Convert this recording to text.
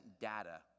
data